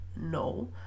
No